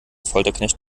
folterknecht